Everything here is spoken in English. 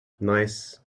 nice